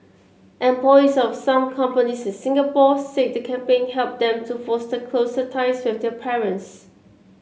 employees of some companies in Singapore said the campaign helped them to foster closer ties with their parents